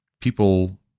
people